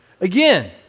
Again